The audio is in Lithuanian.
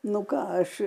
nu ką aš